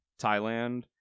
Thailand